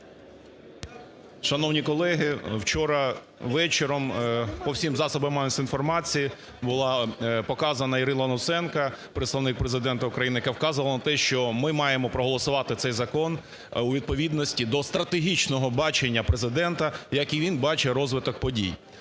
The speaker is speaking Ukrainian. Шановні колеги, вчора вечором по всім засобам масової інформації була показана Ірина Луценко, представник Президента України, яка вказувала на те, що ми маємо проголосувати цей закон у відповідності до стратегічного бачення Президента, як він бачить розвиток подій.